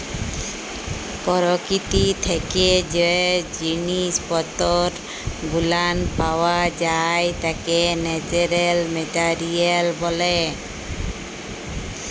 পরকীতি থাইকে জ্যে জিনিস পত্তর গুলান পাওয়া যাই ত্যাকে ন্যাচারাল মেটারিয়াল ব্যলে